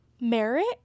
Merit